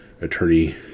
attorney